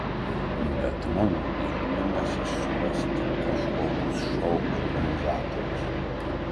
bet mano gilinimasis suras tik kažkokius šou organizatorius